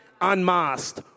unmasked